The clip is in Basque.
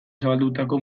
zabaldutako